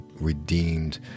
redeemed